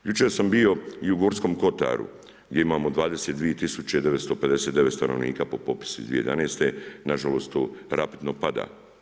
Jučer sam bio i u Gorskom kotaru gdje imamo 22 tisuće 959 stanovnika po popisu iz 2011., nažalost to rapidno pada.